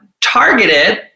targeted